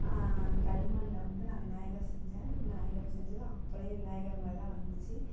களிமண்ணில் வந்து நான் விநாயகர் செஞ்சேன் விநாயகர் செஞ்சது அப்படியே விநாயகர் மாதிரிதான் வந்துச்சு